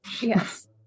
Yes